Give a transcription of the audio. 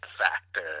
factor